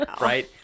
Right